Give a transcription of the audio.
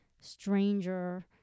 stranger